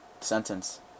sentence